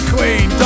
Queen